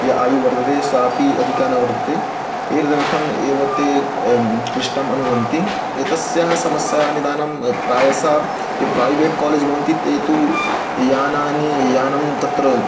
यत् आयुः वर्तते सापि अधिका न वर्धते एतदर्थम् एव ते क्लिष्टम् अनुभवन्ति एतस्याः समस्यानिदानं प्रायशः ये प्रैवेट् कालेज् भवन्ति ते तु यानानि यानं तत्र